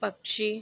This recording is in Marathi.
पक्षी